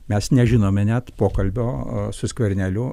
mes nežinome net pokalbio su skverneliu